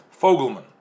Fogelman